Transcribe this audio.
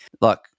Look